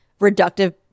reductive